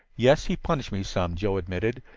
yes, he punished me some, joe admitted.